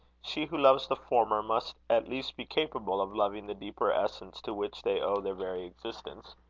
she who loves the former must at least be capable of loving the deeper essence to which they owe their very existence.